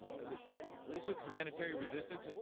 at least with humanitarian resistance,